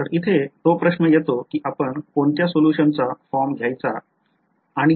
तर इथे तो प्रश्न येतो कि आपण कोणत्या सोल्युशनचा फॉर्म घ्यायचा आणि का